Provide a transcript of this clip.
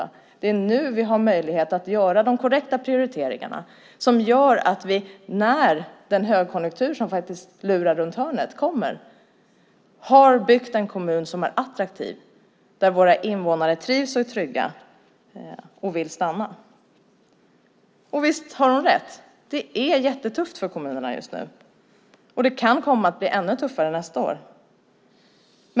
Hon menade att det är nu vi har möjlighet att göra de korrekta prioriteringarna som innebär att vi när den högkonjunktur som väntar runt hörnet kommer har byggt en kommun som är attraktiv, där våra invånare trivs, känner sig trygga och vill stanna kvar. Visst har hon rätt. Det är jättetufft för kommunerna just nu, och det kan komma att bli ännu tuffare nästa år.